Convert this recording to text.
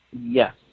Yes